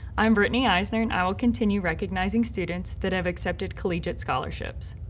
i'm brittany eisner and i will continue recognizing students that have accepted collegiate scholarships.